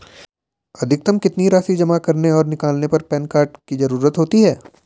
अधिकतम कितनी राशि जमा करने और निकालने पर पैन कार्ड की ज़रूरत होती है?